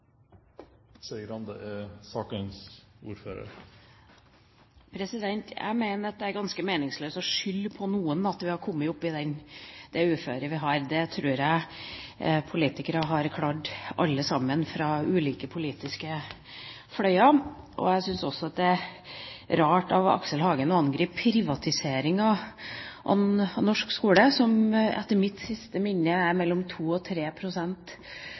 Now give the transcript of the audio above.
ganske meningsløst å skylde på noen for at vi har kommet opp i det uføret vi har. Det tror jeg politikere har klart, alle sammen, fra alle de ulike politiske fløyene. Jeg syns også at det er rart at Aksel Hagen angriper privatiseringa av norsk skole, som, etter det jeg minnes, er på mellom 2 og